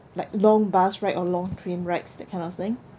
like long bus ride or long train rides that kind of thing